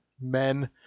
men